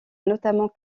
notamment